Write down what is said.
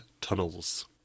tunnels